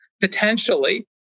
potentially